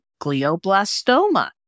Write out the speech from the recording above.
glioblastoma